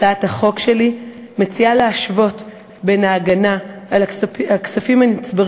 הצעת החוק שלי מציעה להשוות את ההגנה על הכספים הנצברים